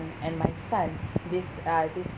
and my son this uh this